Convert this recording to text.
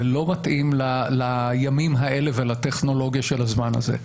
זה לא מתאים לימים האלה ולטכנולוגיה של הזמן הזה.